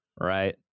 Right